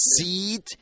seed